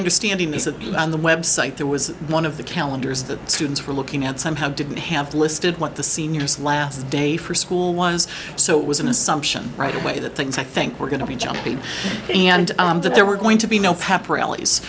understanding is that on the website there was one of the calendars that students were looking at somehow didn't have listed what the seniors last day for school was so it was an assumption right away that things i think we're going to be choppy and that there were going to be no pepper ell